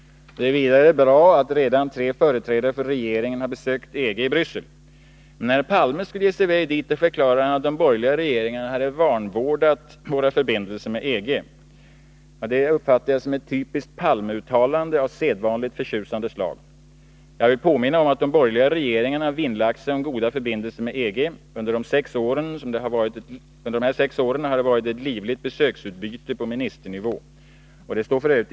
Det är vidare bra att redan tre företrädare för regeringen har besökt EG i Bryssel. Men när herr Palme skulle ge sig i väg dit förklarade han att de borgerliga regeringarna hade vanvårdat våra förbindelser med EG. Det uppfattar jag som ett typiskt Palmeuttalande av sedvanligt förtjusande slag. Jag vill påminna om att de borgerliga regeringarna vinnlagt sig om goda förbindelser med EG. Under de här sex åren har det varit ett livligt besöksutbyte på ministernivå. Detta står f.ö.